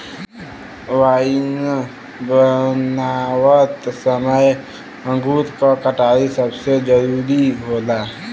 wine बनावत समय अंगूर क कटाई सबसे जरूरी होला